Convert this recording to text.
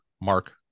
Mark